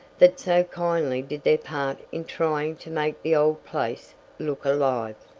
that so kindly did their part in trying to make the old place look alive.